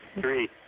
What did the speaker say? three